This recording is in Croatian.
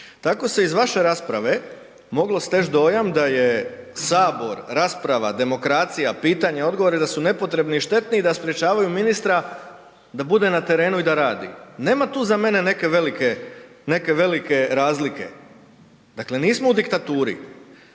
tako se iz vaše rasprave moglo steć dojam da je Sabor, rasprava, demokracija, pitanje i odgovori da su nepotrebni i štetni i da sprečavaju ministra da bude na terenu i da radi. Nema tu za mene neke velike razlike, dakle nismo u diktaturi.